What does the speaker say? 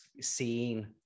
seeing